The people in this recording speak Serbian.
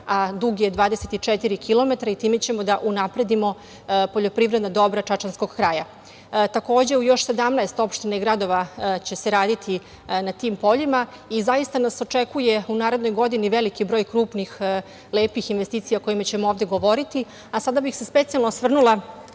a dug je 24 kilometra. Time ćemo da unapredimo poljoprivredna dobra čačanskog kraja. Takođe, u još 17 opština i gradova će se raditi na tim poljima. Zaista nas očekuje u narednoj godini veliki broj krupnih, lepih investicija o kojima ćemo ovde govoriti. Sada bih se specijalno osvrnula